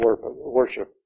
worship